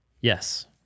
Yes